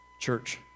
Church